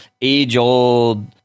age-old